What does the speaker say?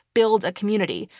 build a community.